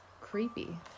creepy